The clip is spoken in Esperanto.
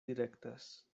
direktas